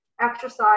exercise